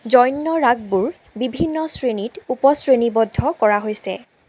জন্য ৰাগবোৰ বিভিন্ন শ্ৰেণীত উপশ্ৰেণীবদ্ধ কৰা হৈছে